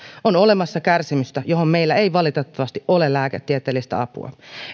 on olemassa kärsimystä johon meillä ei valitettavasti ole lääketieteellistä apua